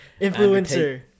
influencer